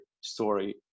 story